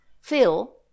Phil